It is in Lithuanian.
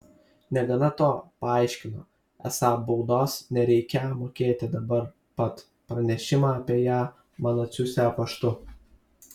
negana to paaiškino esą baudos nereikią mokėti dabar pat pranešimą apie ją man atsiųsią paštu